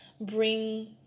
bring